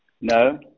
No